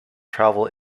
travel